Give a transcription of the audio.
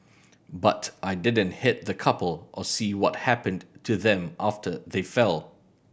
but I didn't hit the couple or see what happened to them after they fell